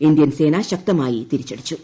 Indian സേന ശക്തമായി തിരിച്ചടിച്ചു